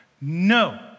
No